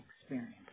experience